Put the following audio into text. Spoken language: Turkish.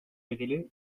bedeli